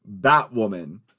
Batwoman